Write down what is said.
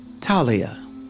Talia